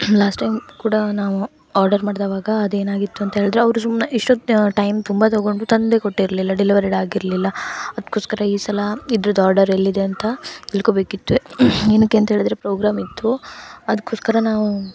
last time ಕೂಡ ನಾವು order ಮಾಡಿದವಾಗ ಅದು ಏನಾಗಿತ್ತು ಅಂತ ಹೇಳಿದ್ರೆ ಅವ್ರು ಸುಮ್ಮನೆ ಇಷ್ಟೊತ್ತು ಟೈಮ್ ತುಂಬ ತಗೊಂಡು ತಂದೇ ಕೊಟ್ಟಿರಲಿಲ್ಲ ಡೆಲಿವರಿಡ್ ಆಗಿರಲಿಲ್ಲ ಅದಕ್ಕೋಸ್ಕರ ಈ ಸಲ ಇದ್ರದ್ದು ಆರ್ಡರ್ ಎಲ್ಲಿದೆ ಅಂತ ತಿಳ್ಕೊಬೇಕಿತ್ತು ಏನಕ್ಕೆ ಅಂತ ಹೇಳಿದ್ರೆ ಪ್ರೋಗ್ರಾಮ್ ಇತ್ತು ಅದಕ್ಕೋಸ್ಕರ ನಾವು